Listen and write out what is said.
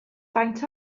faint